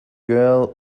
girl